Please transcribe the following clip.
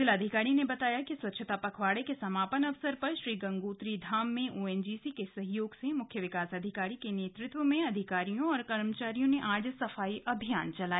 जिलाधिकारी ने बताया कि स्वच्छता पखवाड़े के समापन अवसर पर श्री गंगोत्री धाम में ओएनजीसी के सहयोग से मुख्य विकास अधिकारी के नेतृत्व में अधिकारियों और कर्मचारियों ने आज सफाई अभियान चलाया